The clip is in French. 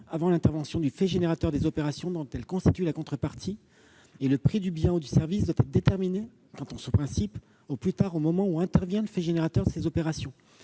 avant l'intervention du fait générateur des opérations dont elle constitue la contrepartie, et le prix du bien ou du service doit être déterminé, partant de ce principe, au plus tard au moment où intervient le fait générateur de ces opérations.